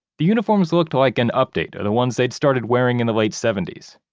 the uniforms looked like an update of the ones they'd started wearing in the late seventy s.